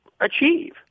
achieve